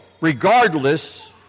regardless